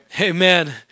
Amen